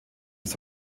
bis